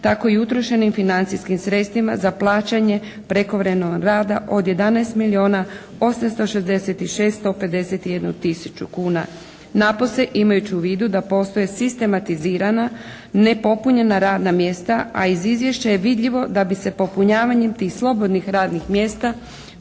tako i utrošenim financijskim sredstvima za plaćanje prekovremenog rada od 11 milijuna 866 151 tisuću kuna. Napose imajući u vidu da postoje sistematizirana nepopunjena radna mjesta a iz izvješća je vidljivo da bi se popunjavanjem tih slobodnih radnih mjesta